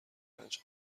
پنج